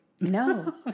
No